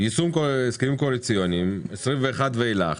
יישום הסכמים קואליציוניים 2021 ואילך.